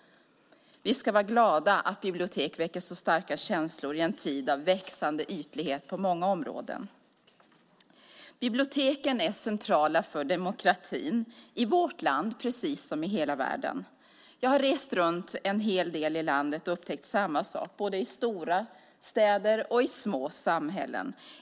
Vi ska vara glada att bibliotek väcker så starka känslor i en tid av växande ytlighet på många områden. Biblioteken är centrala för demokratin, i vårt land precis som i hela världen. Jag har rest en hel del i landet och upptäckt samma sak i både stora städer och små samhällen.